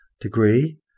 Degree